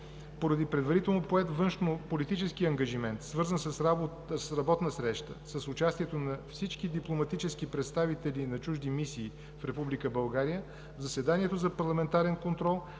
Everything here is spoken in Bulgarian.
Поради предварително поет външнополитически ангажимент, свързан с работна среща с участието на всички дипломатически представители на чужди мисии в Република България, в заседанието за парламентарен контрол